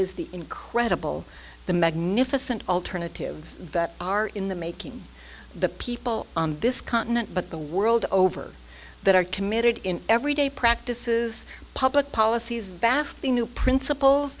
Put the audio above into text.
is the incredible the magnificent alternatives that are in the making the people on this continent but the world over that are committed in every day practices public policies vastly new princip